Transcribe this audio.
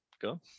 go